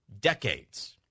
decades